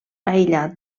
aïllat